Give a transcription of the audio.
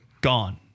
gone